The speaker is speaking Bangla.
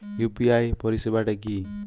ইউ.পি.আই পরিসেবাটা কি?